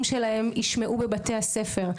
שהילדים שלהם ישמעו בבתי-הספר.